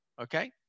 Okay